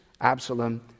Absalom